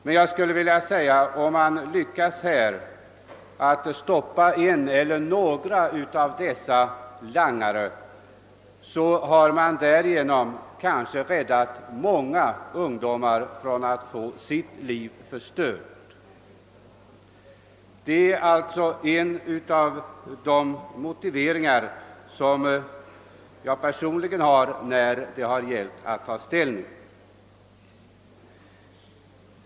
Men om vi lyckas stoppa en eller några av dessa langare har vi kanske därigenom lyckats rädda många ungdomar från att få sina liv förstörda. Detta är ett av de skäl som jag personligen har haft när det gällt att ta ställning.